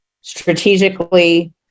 strategically